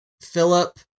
Philip